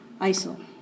ISIL